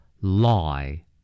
Lie